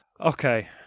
Okay